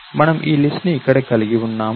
మనము ఈ లిస్ట్ ను ఇక్కడ కలిగి ఉన్నాము